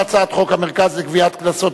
חוק המרכז לגביית קנסות,